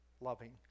loving